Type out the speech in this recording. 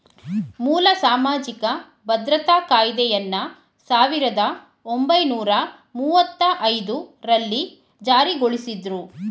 ಮೂಲ ಸಾಮಾಜಿಕ ಭದ್ರತಾ ಕಾಯ್ದೆಯನ್ನ ಸಾವಿರದ ಒಂಬೈನೂರ ಮುವ್ವತ್ತಐದು ರಲ್ಲಿ ಜಾರಿಗೊಳಿಸಿದ್ರು